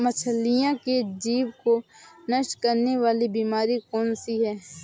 मछलियों के जीभ को नष्ट करने वाली बीमारी कौन सी है?